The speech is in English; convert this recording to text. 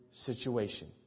situation